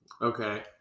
Okay